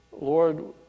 Lord